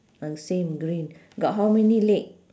uh same green got how many leg